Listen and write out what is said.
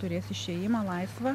turės išėjimą laisvą